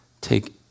take